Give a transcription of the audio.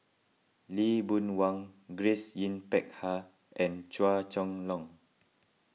Lee Boon Wang Grace Yin Peck Ha and Chua Chong Long